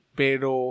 pero